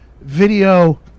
Video